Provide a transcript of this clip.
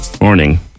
Morning